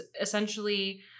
essentially